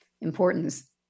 importance